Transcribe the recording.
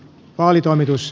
vaalitoimitus